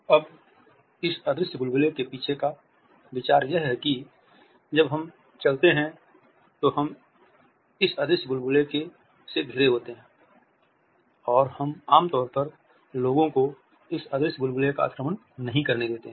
अब इस अदृश्य बुलबुले के पीछे का विचार यह है कि जब हम चलते हैं तो हम इस अदृश्य बुलबुले से घिरे होते हैं और हम आम तौर पर लोगों को इस अदृश्य बुलबुले का अतिक्रमण नहीं करने देते हैं